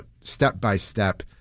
step-by-step